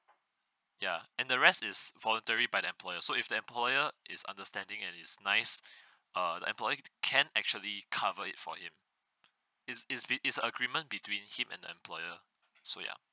ya and the rest is voluntary by the employer so if the employer is understanding and is nice uh the employer can actually cover it for him it's it's bi~ is agreement between him and the employer so ya